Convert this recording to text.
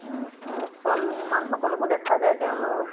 মুছলমানসকলকো দেখা যায় তেওঁলোক